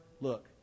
Look